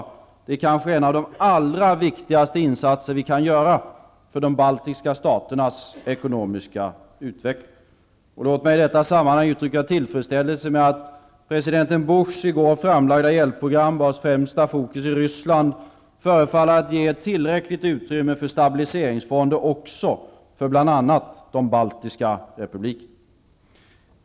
Detta är kanske en av de allra viktigaste insatser vi kan göra för de baltiska staternas ekonomiska utveckling. Låt mig i detta sammanhang uttrycka tillfredsställelse med att president Bushs i går framlagda hjälpprogram, vars främsta fokus är Ryssland, förefaller att ge ett tillräckligt utrymme för stabiliseringsfonder också för bl.a. de baltiska republikerna.